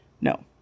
No